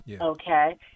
Okay